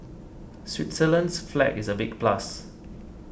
Switzerland's flag is a big plus